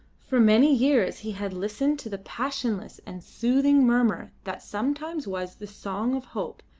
for many years he had listened to the passionless and soothing murmur that sometimes was the song of hope,